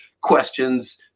questions